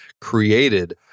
created